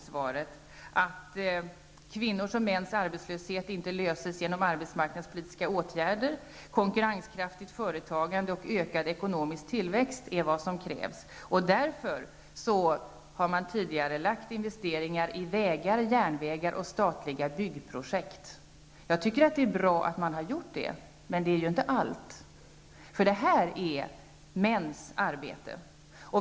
Där står att kvinnors eller mäns arbetslöshet inte löses genom arbetsmarknadspolitiska åtgärder. Konkurrenskraftigt företagande och ökad ekonomisk tillväxt är vad som krävs. Därför har man tidigarelagt investeringar i vägar, järnvägar och statliga byggprojekt. Jag tycker att det är bra att man har gjort det, men det löser inte allt. Detta är mäns arbete.